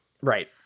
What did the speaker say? right